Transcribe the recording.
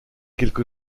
quelque